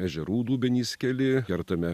ežerų dubenys keli kertame